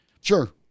Sure